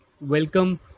welcome